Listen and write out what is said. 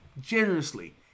Generously